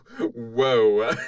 whoa